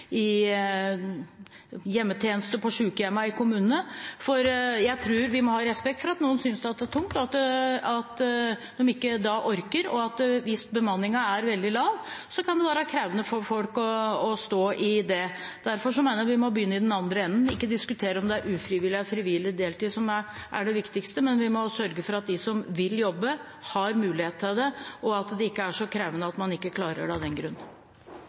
kommunene. Jeg tror vi må ha respekt for at noen synes at det er tungt, og at de ikke orker. Hvis bemanningen er veldig lav, kan det være krevende for folk å stå i det. Derfor mener jeg vi må begynne i den andre enden og ikke diskutere om det er ufrivillig eller frivillig deltid som er det viktigste, men vi må sørge for at de som vil jobbe, har muligheten til det, og at det ikke er så krevende at man ikke klarer det av den grunn.